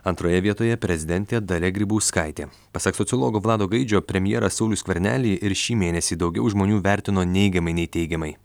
antroje vietoje prezidentė dalia grybauskaitė pasak sociologo vlado gaidžio premjerą saulių skvernelį ir šį mėnesį daugiau žmonių įvertino neigiamai nei teigiamai